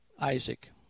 Isaac